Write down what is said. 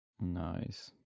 Nice